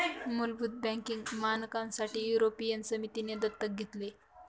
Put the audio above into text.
मुलभूत बँकिंग मानकांसाठी युरोपियन समितीने दत्तक घेतले